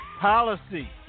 Policy